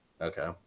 Okay